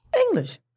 English